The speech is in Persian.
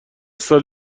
سال